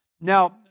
Now